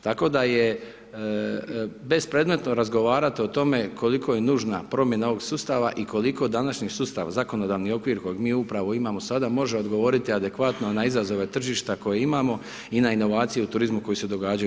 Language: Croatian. Tako da je bespredmetno razgovarati o tome koliko je nužna promjena ovog sustava i koliko današnji sustav, zakonodavni okvir kojeg mi upravo imamo sada, može odgovoriti adekvatno na izazove tržišta koje imamo i na inovacije u turizmu koji se događaju.